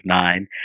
nine